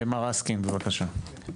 מר אסקין, בבקשה.